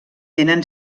tenen